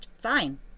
fine